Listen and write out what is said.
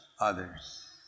others